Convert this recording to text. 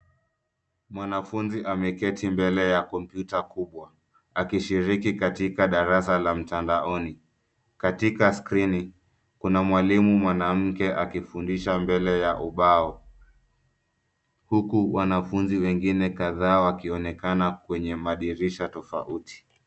Mwanafunzi ameketi mbele ya kompyuta kubwa akishiriki katika darasa la mtandaoni. Katika skrini kuna mwalimu mwanamke akifundisha mbele ya ubao huku wanafunzi wengine kadhaa wakionekana kwenye madirisha tofauti.